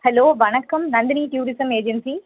hello வணக்கம் Nandini tourism agency